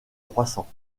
croissants